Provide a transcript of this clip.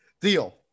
deal